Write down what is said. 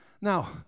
Now